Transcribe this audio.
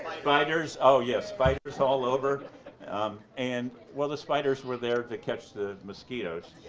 spiders, oh yes. spiders all over and well, the spiders were there to catch the mosquitoes.